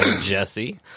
Jesse